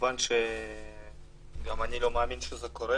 כמובן שגם אני לא מאמין שזה קורה,